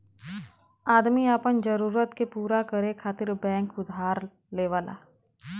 आदमी आपन जरूरत के पूरा करे खातिर बैंक उधार लेवला